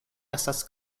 estas